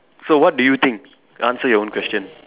so what do you think you answer your own question